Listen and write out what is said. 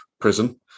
Prison